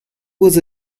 was